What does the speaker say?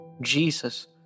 Jesus